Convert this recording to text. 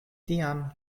tiam